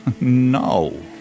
No